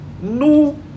no